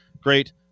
great